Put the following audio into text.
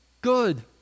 good